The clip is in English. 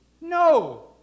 No